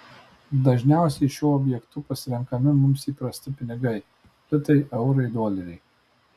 dažniausiai šiuo objektu pasirenkami mums įprasti pinigai litai eurai doleriai